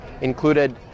included